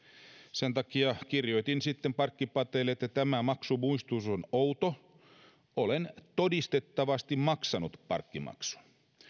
sen takia kirjoitin sitten parkkipatelle että tämä maksumuistutus on outo ja olen todistettavasti maksanut parkkimaksun